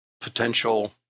potential